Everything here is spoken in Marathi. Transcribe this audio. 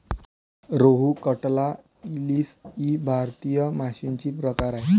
रोहू, कटला, इलीस इ भारतीय माशांचे प्रकार आहेत